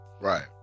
Right